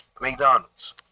McDonald's